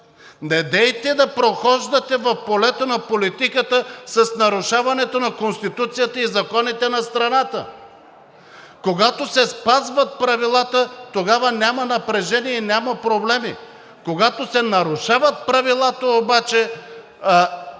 недейте да прохождате в полето на политиката с нарушаването на Конституцията и законите на страната! Когато се спазват правилата, тогава няма напрежение и няма проблеми. Когато се нарушават правилата обаче,